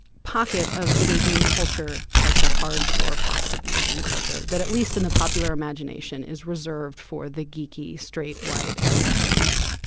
pocket of videogame culture like the hardcore pocket of videogame culture that at least in the popular imagination is reserved for the geeky straight white adolescent male.